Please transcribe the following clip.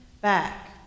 back